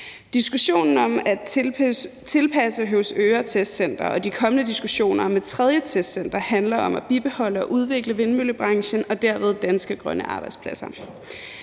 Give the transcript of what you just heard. Diskussionen om at tilpasse Testcenter Høvsøre og de kommende diskussioner om et tredje testcenter handler om at bibeholde og udvikle vindmøllebranchen og dermed danske grønne arbejdspladser.